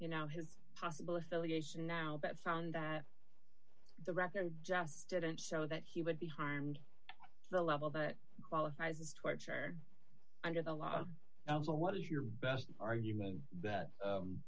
you know his possible affiliation now but found that the record just didn't show that he would be harmed the level that qualifies as torture under the law was a what is your best argument that